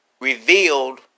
revealed